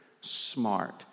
smart